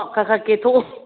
ꯈꯔ ꯈꯔ ꯀꯦꯊꯣꯛꯎ